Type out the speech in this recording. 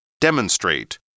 Demonstrate